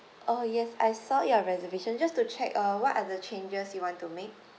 oh yes I saw your reservation just to check uh what are the changes you want to make